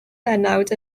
bennawd